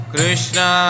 Krishna